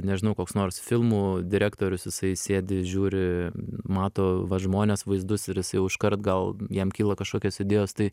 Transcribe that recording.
nežinau koks nors filmų direktorius jisai sėdi žiūri mato va žmones vaizdus ir jis jau iškart gal jam kyla kažkokios idėjos tai